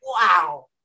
wow